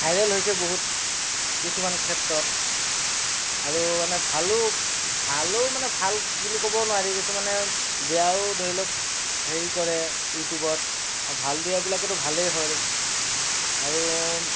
viral হৈছে বহুত কিছুমান ক্ষেত্ৰত আৰু মানে ভালো মানে ভালো মানে ভাল বুলি ক'ব নোৱাৰি কিছুমানে বেয়াও ধৰিলওক হেৰি কৰে ইউটিউবত ভাল দিয়া বিলাকেতো ভালেই হয় আৰু